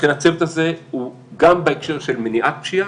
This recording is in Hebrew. לכן הצוות הזה הוא גם בהקשר של מניעת פשיעה,